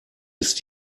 ist